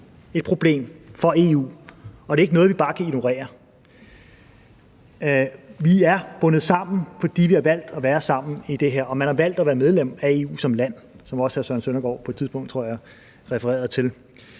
et problem for EU, og det er ikke noget, vi bare kan ignorere. Vi er bundet sammen, fordi vi har valgt at være sammen i det her, og man har valgt at være medlem af EU som land, hvilket også hr. Søren Søndergaard, tror jeg, på et tidspunkt refererede til.